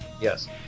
Yes